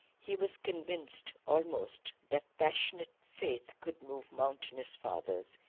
he was convinced, almost, that passionate faith could move mountainous fathers.